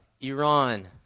Iran